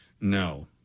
no